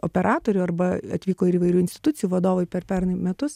operatorių arba atvyko ir įvairių institucijų vadovai per pernai metus